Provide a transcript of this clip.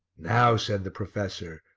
now, said the professor,